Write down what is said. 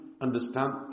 understand